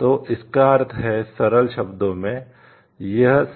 तो इसका अर्थ है सरल शब्दों में यह